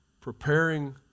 Preparing